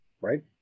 Right